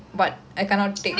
hindi is fun